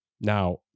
Now